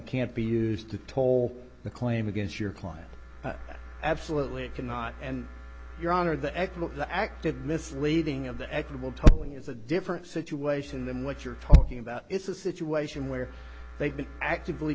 can't be used to toll the claim against your client absolutely cannot and your honor the aecl of the acted misleading of the equable totally is a different situation than what you're talking about it's a situation where they've been actively